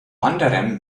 anderem